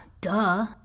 duh